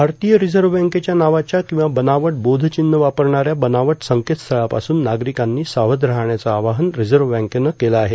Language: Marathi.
भारतीय रिझर्व्ह बँकेच्या नावाच्या किंवा बनावट बोधचिव्ह वापरणाऱ्या बनावट संकेतस्थळांपासून नागरिकांनी सावध राहण्याचं आवाहन रिझर्व्ह बँकेनं केलं आहे